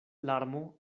larmo